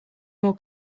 more